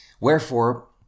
Wherefore